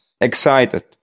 excited